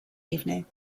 evening